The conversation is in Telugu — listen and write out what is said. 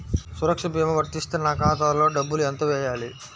సురక్ష భీమా వర్తిస్తే నా ఖాతాలో డబ్బులు ఎంత వేయాలి?